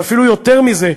ואפילו יותר מזה,